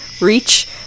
reach